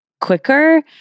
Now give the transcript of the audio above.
quicker